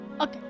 Okay